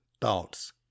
Thoughts